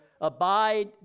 Abide